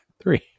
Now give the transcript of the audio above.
three